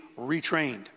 retrained